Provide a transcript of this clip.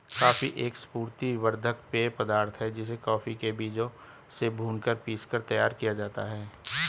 coffee एक स्फूर्ति वर्धक पेय पदार्थ है जिसे कॉफी के बीजों से भूनकर पीसकर तैयार किया जाता है